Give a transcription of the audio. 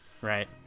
Right